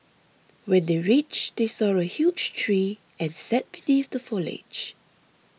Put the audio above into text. when they reached they saw a huge tree and sat beneath the foliage